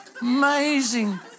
Amazing